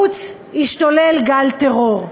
בחוץ השתולל גל טרור: